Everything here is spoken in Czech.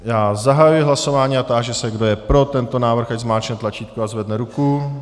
Já zahajuji hlasování a táži se, kdo je pro tento návrh, ať zmáčkne tlačítko a zvedne ruku.